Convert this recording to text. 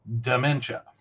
dementia